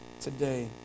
today